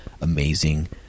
amazing